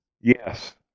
Yes